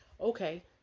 Okay